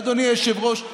אדוני היושב-ראש,